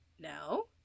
No